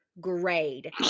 grade